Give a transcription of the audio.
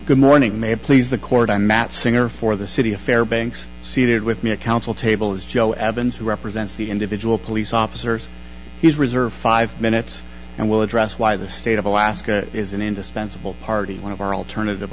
good morning may please the court i'm matt singer for the city of fair banks seated with me a counsel table is joe evans who represents the individual police officers he's reserved five minutes and will address why the state of alaska is an indispensable party one of our alternative